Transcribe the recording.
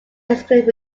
exclaimed